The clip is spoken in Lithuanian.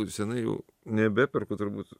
senai jau nebeperku turbūt